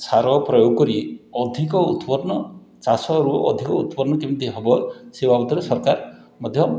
ସାର ପ୍ରୟୋଗ କରି ଅଧିକ ଉତ୍ପନ୍ନ ଚାଷରୁ ଅଧିକ ଉତ୍ପନ୍ନ କେମିତି ହେବ ସେ ବାବଦରେ ସରକାର ମଧ୍ୟ